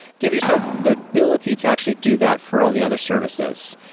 give yourself the ability to actually do that for all the other services.